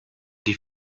die